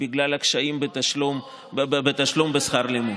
בגלל הקשיים בתשלום בשכר לימוד.